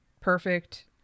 perfect